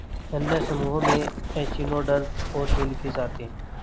अन्य समूहों में एचिनोडर्म्स और जेलीफ़िश आते है